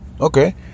Okay